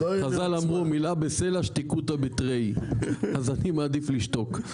חז"ל אמרו 'מילה בסלע משתוקא בתריין' אז אני מעדיף לשתוק.